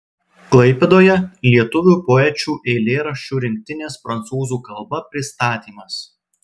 klaipėdoje lietuvių poečių eilėraščių rinktinės prancūzų kalba pristatymas